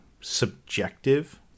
subjective